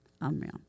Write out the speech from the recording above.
Unreal